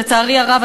שלצערי הרב,